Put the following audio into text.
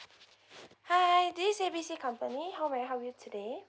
hi this A B C company how may I help you today